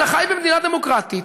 אתה חי במדינה דמוקרטית,